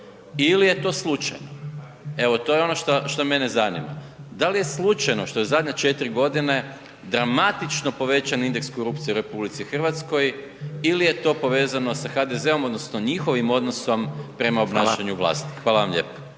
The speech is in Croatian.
ili je to slučajno, evo to je ono što mene zanima. Da li slučajno što zadnje 4 godine dramatično povećan indeks korupcije u RH ili je to povezano sa HDZ-om odnosno njihovim odnosom prema obnašanju vlasti? Hvala vam lijepo.